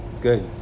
Good